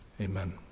Amen